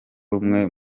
rumwe